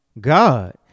God